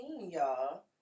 y'all